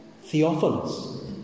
Theophilus